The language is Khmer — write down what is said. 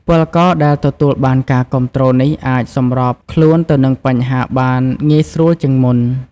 ពលករដែលទទួលបានការគាំទ្រនេះអាចសម្របខ្លួនទៅនឹងបញ្ហាបានងាយស្រួលជាងមុន។